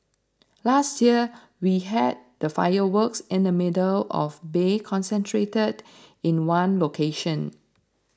last year we had the fireworks in the middle of the bay concentrated in one location